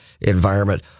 environment